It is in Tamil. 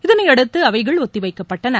இதனையடுத்து அவைகள் ஒத்திவைக்கப்பட்டன